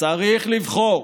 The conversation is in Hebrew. צריך לבחור.